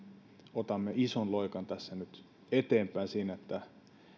otamme ison loikan nyt eteenpäin siinä että